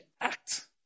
act